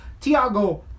Tiago